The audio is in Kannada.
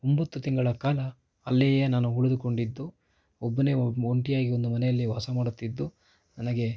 ಒಂಬತ್ತು ತಿಂಗಳ ಕಾಲ ಅಲ್ಲಿಯೇ ನಾನು ಉಳಿದುಕೊಂಡಿದ್ದು ಒಬ್ಬನೇ ಒಂಟಿಯಾಗಿ ಒಂದು ಮನೆಯಲ್ಲಿ ವಾಸಮಾಡುತ್ತಿದ್ದು ನನಗೆ